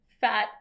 fat